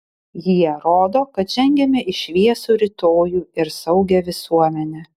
jie rodo kad žengiame į šviesų rytojų ir saugią visuomenę